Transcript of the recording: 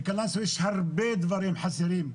בקלנסואה יש הרבה דברים חסרים.